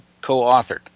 co-authored